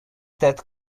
that